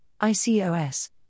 ICOS